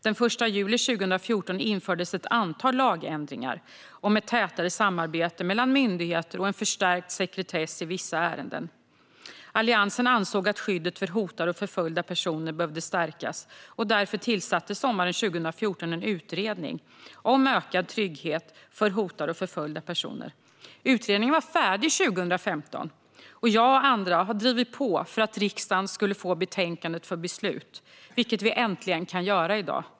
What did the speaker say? Den 1 juli 2014 infördes ett antal lagändringar om ett tätare samarbete mellan myndigheter och en förstärkt sekretess i vissa ärenden. Alliansen ansåg att skyddet för hotade och förföljda personer behövde stärkas. Därför tillsattes sommaren 2014 en utredning om ökad trygghet för hotade och förföljda personer. Utredningen var färdig 2015. Jag och andra har drivit på för att riksdagen skulle få förslagen i betänkandet för beslut, vilket vi äntligen får i dag.